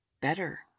Better